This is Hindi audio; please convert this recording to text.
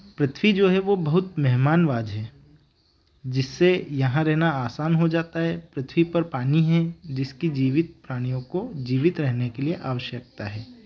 पृथ्वी जो है वह बहुत मेहमानवाज है जिससे यहाँ रहना आसान हो जाता है पृथ्वी पर पानी है जिसकी जीवित प्राणियों को जीवित रहने के लिए आवश्यकता है